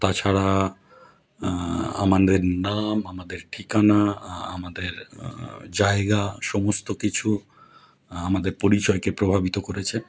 তাছাড়া আমাদের নাম আমাদের ঠিকানা আমাদের জায়গা সমস্ত কিছু আমাদের পরিচয়কে প্রভাবিত করেছে